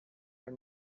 are